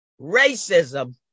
racism